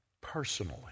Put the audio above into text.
personally